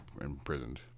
imprisoned